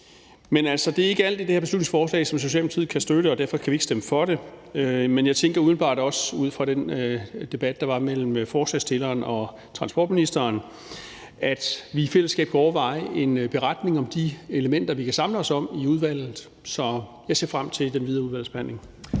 det er ikke alt i det her beslutningsforslag, som Socialdemokratiet kan støtte, og derfor kan vi ikke stemme for det. Men jeg tænker umiddelbart også – ud fra den debat, der var mellem forslagsstilleren og transportministeren – at vi i fællesskab kunne overveje at skrive en beretning om de elementer, vi kan samles om i udvalget; så jeg ser frem til den videre udvalgsbehandling.